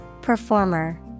Performer